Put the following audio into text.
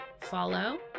follow